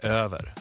över